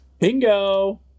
Bingo